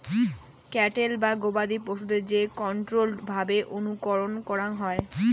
cattle বা গবাদি পশুদের যে কন্ট্রোল্ড ভাবে অনুকরণ করাঙ হই